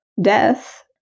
Death